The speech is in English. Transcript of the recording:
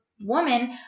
woman